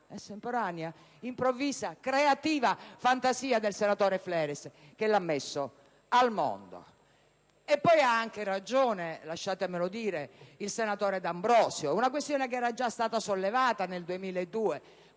la estemporanea, improvvisa e creativa fantasia del senatore Fleres che è stato messo al mondo. E poi ha anche ragione, lasciatemelo dire, il senatore D'Ambrosio: è una questione che era già stata sollevata nel 2002